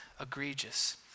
egregious